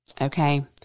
Okay